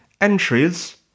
entries